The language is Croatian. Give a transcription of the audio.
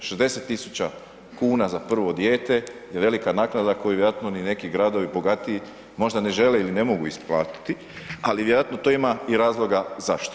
60 tisuća kuna za prvo dijete je velika naknada koju vjerojatno ni neki gradovi bogatiji možda ne žele ili ne mogu isplatiti, ali vjerojatno to ima i razloga zašto.